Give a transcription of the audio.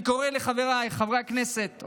אני קורא לחבריי חברי הכנסת,